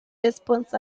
response